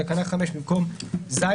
בתקנה 5 במקום "ז'